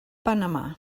panamà